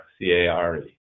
C-A-R-E